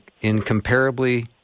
incomparably